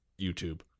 YouTube